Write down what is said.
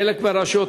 חלק מהרשויות,